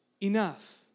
enough